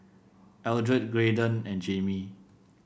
Eldred Graydon and Jaimee